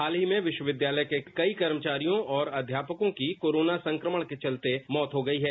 हाल ही में विश्वविद्यालय के कई कर्मचारियों और अध्यापकों की कोरोना संक्रमण के चलते मौत हो गई है